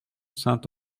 saint